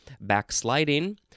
backsliding